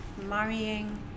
marrying